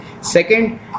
second